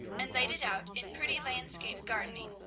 and laid it out in pretty landscape gardening.